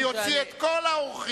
אני אוציא את כל האורחים,